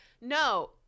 No